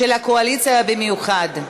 של הקואליציה במיוחד.